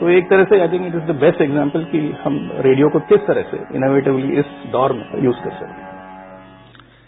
तो एक तरह से I think it is the best example कि हम रेडियो को किस तरह से इनोवेटवली इस दौर में यूज कर सकेंगे